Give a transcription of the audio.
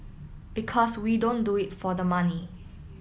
because we don't do it for the money